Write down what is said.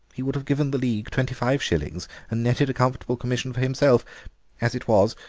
he would have given the league twenty-five shillings and netted a comfortable commission for himself as it was,